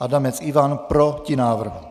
Adamec Ivan: Proti návrhu.